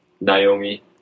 Naomi